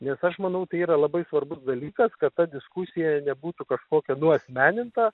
nes aš manau tai yra labai svarbus dalykas kad ta diskusija nebūtų kažkokia nuasmeninta